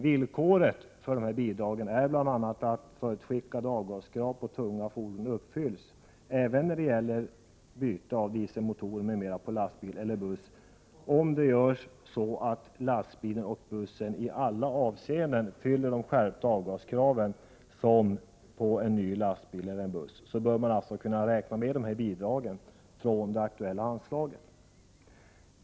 Villkor för dessa bidrag är bl.a. att förutskickade avgaskrav på tunga fordon uppfylls. Även när det gäller byte av dieselmotorer m.m. på lastbil eller buss, om det görs så att fordonet i alla avseenden uppfyller de skärpta avgaskraven på en ny lastbil eller buss, bör man alltså kunna räkna med bidrag från det aktuella anslaget.